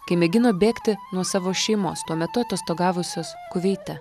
kai mėgino bėgti nuo savo šeimos tuo metu atostogavusios kuveite